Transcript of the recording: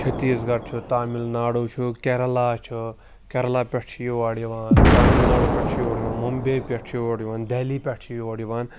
چھتیٖس گڑھ چھُ تامِل ناڈوٗ چھُ کیرلا چھُ کیرلا پٮ۪ٹھ چھِ یور یِوان تامِل ناڈوٗ پٮ۪ٹھ چھِ یور یِوان موٚمبے پٮ۪ٹھ چھِ یور یِوان دہلی پٮ۪ٹھ چھِ یور یِوان